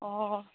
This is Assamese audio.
অঁ